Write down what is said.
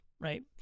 right